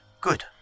Good